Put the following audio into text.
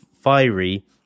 fiery